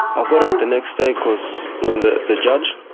ah got out the next day because when the the judge,